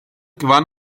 gewann